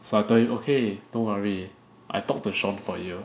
so I told him okay don't worry I talk to Sean for you